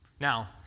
Now